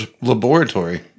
Laboratory